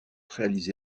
réalisé